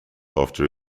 after